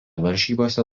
varžybose